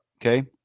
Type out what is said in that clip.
Okay